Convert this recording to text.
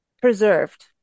preserved